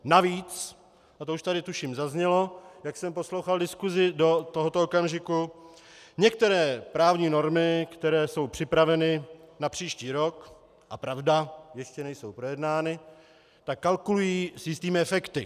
Navíc, a to už tady tuším zaznělo, jak jsem poslouchal diskusi do tohoto okamžiku, některé právní normy, které jsou připraveny na příští rok, a pravda, ještě nejsou projednány, kalkulují s jistými efekty.